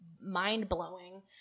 mind-blowing